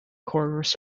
corps